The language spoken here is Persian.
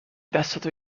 دستتو